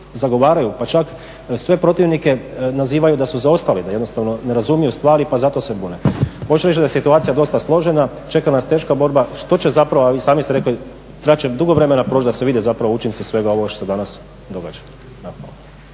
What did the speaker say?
pa čak sve protivnike nazivaju da su zaostali, da jednostavno ne razumiju stvari pa zato se bune. Možemo reći da je situacija dosta složena, čeka nas teška borba što će zapravo, a vi sami ste rekli trebat će dugo vremena proći da se vide zapravo učinci svega ovoga što se danas događa.